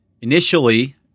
initially